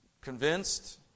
convinced